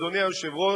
אדוני היושב-ראש,